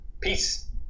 peace